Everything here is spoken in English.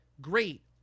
Great